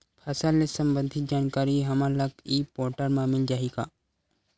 फसल ले सम्बंधित जानकारी हमन ल ई पोर्टल म मिल जाही का?